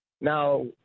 Now